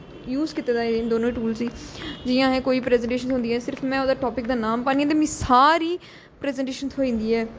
use कीते दा इनें दौनें टूल्स गी जियां असें कोई बी प्रजेटेंशन होंदी ऐ सिर्फ में ओह्दा टापिक दा नाम पान्नी आं ते मी सारी प्रजेंटेशन थ्होई जंदी ऐ